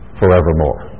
forevermore